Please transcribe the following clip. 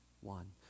one